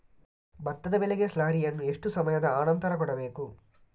ಭತ್ತದ ಬೆಳೆಗೆ ಸ್ಲಾರಿಯನು ಎಷ್ಟು ಸಮಯದ ಆನಂತರ ಕೊಡಬೇಕು?